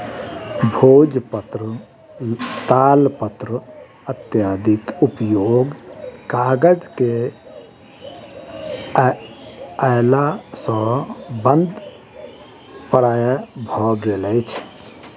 भोजपत्र, तालपत्र इत्यादिक उपयोग कागज के अयला सॅ बंद प्राय भ गेल अछि